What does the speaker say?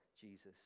Jesus